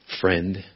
friend